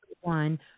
one